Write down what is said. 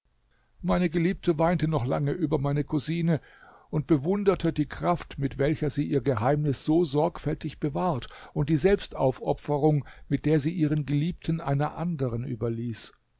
meine geliebte weinte noch lange über meine cousine und bewunderte die kraft mit welcher sie ihr geheimnis so sorgfältig bewahrt und die selbstaufopferung mit der sie ihren geliebten einer anderen überließ